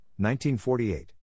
1948